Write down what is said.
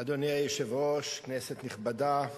אדוני היושב-ראש, כנסת נכבדה,